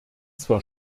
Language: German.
zwar